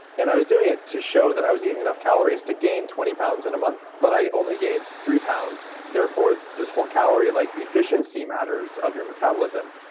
and i was doing it to show that i was eating enough calories to gain twenty pounds in a month, but i only gained three pounds, therefore, this whole calorie like efficiency matters of your metabolism.